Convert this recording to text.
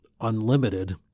unlimited